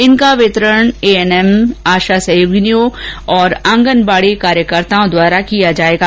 इनका वितरण एएनएम आशा सहयोगिनियों और आंगनबाड़ी कार्यकर्ताओं द्वारा किया जाएगा